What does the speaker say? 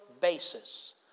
basis